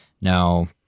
Now